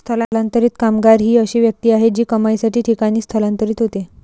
स्थलांतरित कामगार ही अशी व्यक्ती आहे जी कमाईसाठी ठिकाणी स्थलांतरित होते